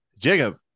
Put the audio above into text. Jacob